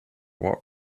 what